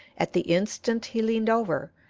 at the instant he leaned over,